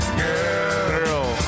girl